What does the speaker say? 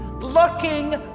looking